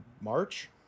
March